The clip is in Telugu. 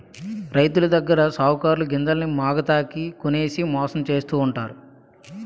రైతులదగ్గర సావుకారులు గింజల్ని మాగతాకి కొనేసి మోసం చేస్తావుంటారు